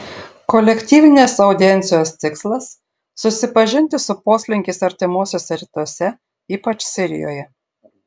kolektyvinės audiencijos tikslas susipažinti su poslinkiais artimuosiuose rytuose ypač sirijoje